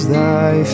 thy